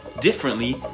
differently